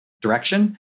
direction